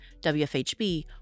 WFHB